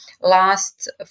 last